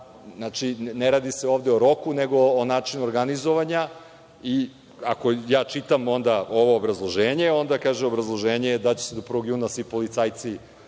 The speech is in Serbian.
Ne radi se ovde o roku, nego o načinu organizovanja. Ako ja čitam ovo obrazloženje, onda je obrazloženje da će do 1. juna svi policajci